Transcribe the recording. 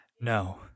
no